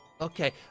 okay